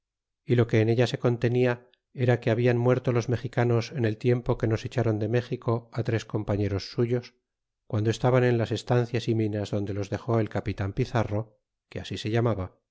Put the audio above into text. y lo que en ella se contenia era que habian muerto los mexicanos en el tiempo que nos echaron de méxico a tres compañeros suyos guando estaban en las estancias y minas donde los dexó el capitan pizarro que así se llamaba para que buscasen y